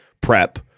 prep